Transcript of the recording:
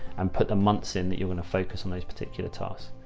and put the months in that you're going to focus on those particular tasks.